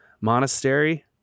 Monastery